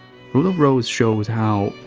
rule of rose shows how,